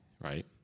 right